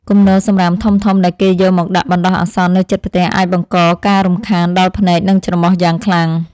គំនរសំរាមធំៗដែលគេយកមកដាក់បណ្តោះអាសន្ននៅជិតផ្ទះអាចបង្កការរំខានដល់ភ្នែកនិងច្រមុះយ៉ាងខ្លាំង។